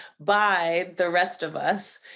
by the rest of us.